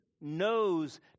knows